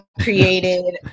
created